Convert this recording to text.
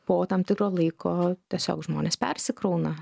po tam tikro laiko tiesiog žmonės persikrauna